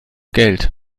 geld